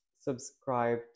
subscribe